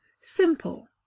Simple